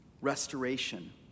restoration